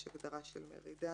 יש כאן הגדרה של מרידה.